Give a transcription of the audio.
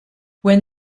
when